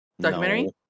documentary